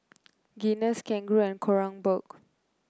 Guinness Kangaroo Kronenbourg